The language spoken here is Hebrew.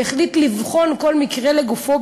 והחליט לבחון כל מקרה לגופו,